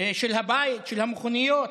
של הבית, של המכוניות,